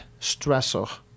stressor